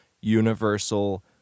universal